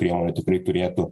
priemonė tikrai turėtų